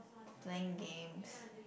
playing games